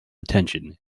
attention